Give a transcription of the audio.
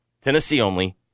Tennessee-only